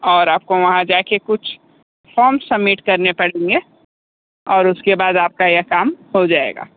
और आपको वहाँ जाके कुछ फ़ॉर्म सबमिट करने पड़ेंगे और उसके बाद आपका यह काम हो जाएगा